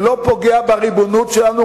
זה לא פוגע בריבונות שלנו,